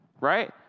right